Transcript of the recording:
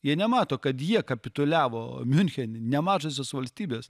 jie nemato kad jie kapituliavo miunchene ne mažosios valstybės